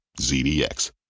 ZDX